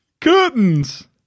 curtains